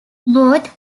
both